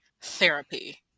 therapy